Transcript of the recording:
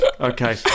okay